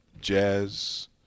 jazz